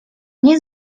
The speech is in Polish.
nie